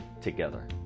together